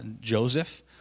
Joseph